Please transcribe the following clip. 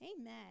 Amen